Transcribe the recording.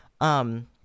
um-